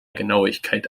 genauigkeit